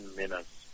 minutes